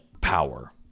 power